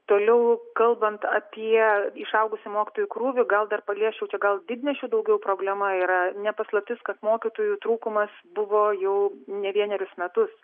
toliau kalbant apie išaugusį mokytojų krūvį gal dar paliesčiau čia gal didmiesčių daugiau problema yra ne paslaptis kad mokytojų trūkumas buvo jau ne vienerius metus